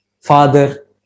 Father